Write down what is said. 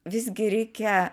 visgi reikia